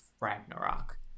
Ragnarok